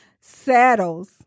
saddles